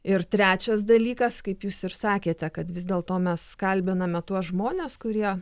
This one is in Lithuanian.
ir trečias dalykas kaip jūs ir sakėte kad vis dėl to mes kalbiname tuos žmones kurie